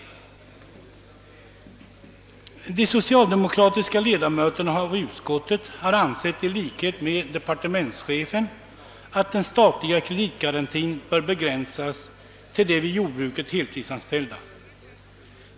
De socialdemokratiska ledamöterna i utskottet har i likhet med departementschefen ansett att den statliga kreditgarantin bör begränsas till de i jordbruket heltidsanställda.